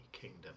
kingdom